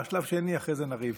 בשלב השני אחרי זה נריב.